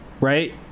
right